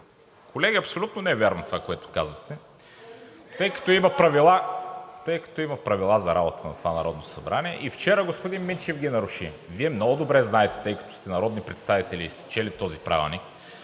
Колеги, абсолютно не е вярно това, което казахте, тъй като има правила за работата на това Народно събрание и вчера господин Минчев ги наруши. Вие много добре знаете, тъй като сте народни представители и сте чели този правилник,